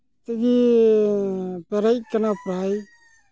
ᱛᱮᱜᱮ ᱯᱮᱨᱮᱡᱽ ᱠᱟᱱᱟ ᱯᱨᱟᱭ